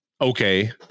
okay